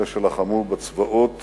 אלה שלחמו בצבאות